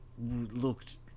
looked